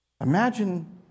Imagine